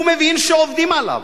הוא מבין שעובדים עליו,